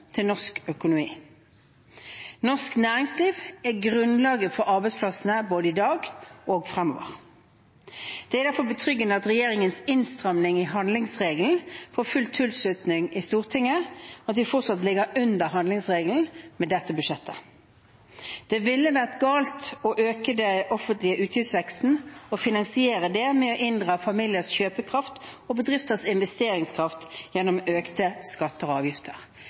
til norsk økonomi. Norsk næringsliv er grunnlaget for arbeidsplassene både i dag og fremover. Det er derfor betryggende at regjeringens innstramning i handlingsregelen får full tilslutning i Stortinget, og at vi fortsatt ligger under handlingsregelen med dette budsjettet. Det ville vært galt å øke den offentlige utgiftsveksten og finansiere det med å inndra familiers kjøpekraft og bedrifters investeringskraft gjennom økte skatter og avgifter,